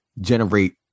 generate